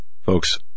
folks